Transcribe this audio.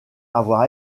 avoir